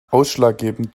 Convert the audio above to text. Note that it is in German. ausschlaggebend